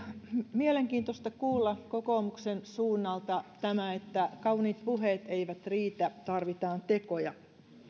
mielenkiintoista kuulla kokoomuksen suunnalta tämä että kauniit puheet eivät riitä tarvitaan tekoja